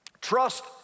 Trust